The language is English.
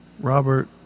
robert